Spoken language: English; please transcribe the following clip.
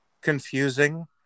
confusing